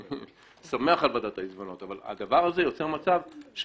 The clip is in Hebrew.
אני שמח על ועדת העיזבונות אבל הדבר הזה יוצר מצב שהחלוקה